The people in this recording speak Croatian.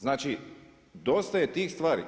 Znači, dosta je tih stvari.